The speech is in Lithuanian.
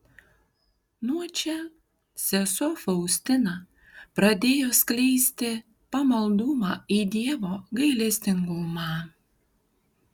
nuo čia sesuo faustina pradėjo skleisti pamaldumą į dievo gailestingumą